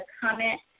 comment